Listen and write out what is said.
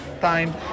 time